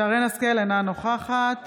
מרים השכל, אינה נוכחת